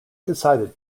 decided